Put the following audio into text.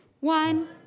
One